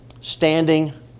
Standing